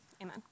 amen